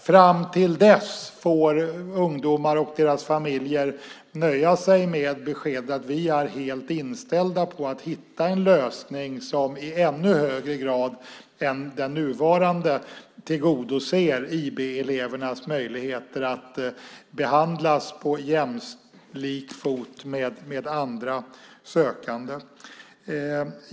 Fram till dess får ungdomar och deras familjer nöja sig med beskedet att vi är helt inställda på att hitta en lösning som i ännu högre grad än den nuvarande tillgodoser IB-elevernas möjligheter att behandlas på jämlik fot med andra sökande.